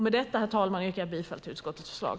Med detta, herr talman, yrkar jag bifall till utskottets förslag.